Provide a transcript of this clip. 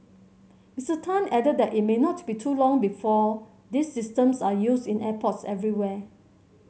Mister Tan added that it may not be too long before these systems are used in airports everywhere